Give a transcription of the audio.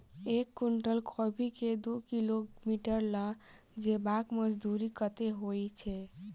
एक कुनटल कोबी केँ दु किलोमीटर लऽ जेबाक मजदूरी कत्ते होइ छै?